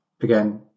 Again